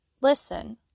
listen